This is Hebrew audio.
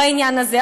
בעניין הזה.